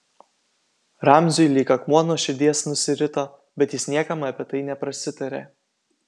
ramziui lyg akmuo nuo širdies nusirito bet jis niekam apie tai neprasitarė